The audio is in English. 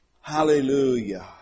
Hallelujah